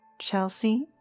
Chelsea